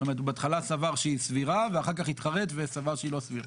זאת אומרת בהתחלה הוא סבר שהיא סבירה ואחר כך התחרט וסבר שהיא לא סבירה.